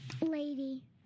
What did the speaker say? Lady